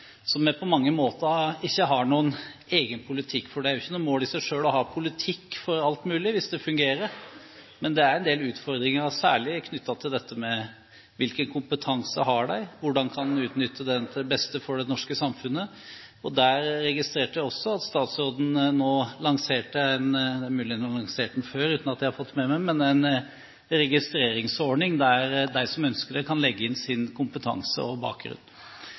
vi på mange måter ikke har noen egen politikk for. Det er jo ikke noe mål i seg selv å ha politikk for alt mulig hvis det fungerer, men det er en del utfordringer, særlig knyttet til hvilken kompetanse de har, og hvordan man kan utnytte den til det beste for det norske samfunnet. Der registrerte jeg også at statsråden nå lanserte en registreringsordning – han kan ha lansert den før uten at jeg har fått den med meg – der de som ønsker det, kan legge inn sin kompetanse og bakgrunn.